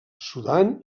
sudan